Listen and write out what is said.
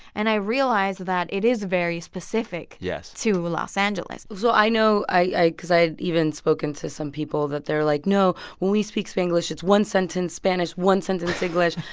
and i realized that it is very specific to los angeles so i know i because i'd even spoken to some people that they're like, no, when we speak spanglish, it's one sentence spanish, one sentence english,